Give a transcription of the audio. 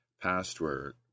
password